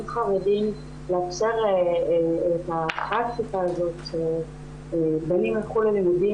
חרדים לאפשר את הפרקטיקה הזאת שבנים יילכו ללימודים